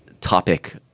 topic